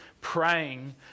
praying